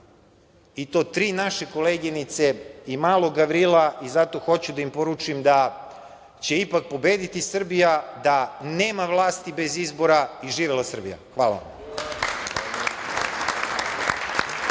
i to tri naše koleginice i malog Gavrila i zato hoću da im poručim da će ipak pobediti Srbija, da nema vlasti bez izbora i živela Srbija. Hvala.